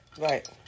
Right